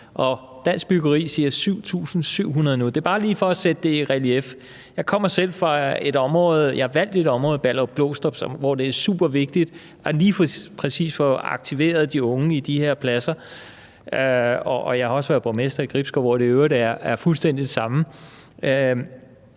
Dansk Byggeri siger 7.700 nu. Det er bare lige for at sætte det i relief. Jeg kommer selv fra et område og jeg er valgt i et område, Ballerup-Glostrup, hvor det er super vigtigt lige præcis at få aktiveret de unge via de her pladser. Jeg har også været borgmester i Gribskov, hvor det i øvrigt er fuldstændig det samme.